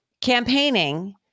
campaigning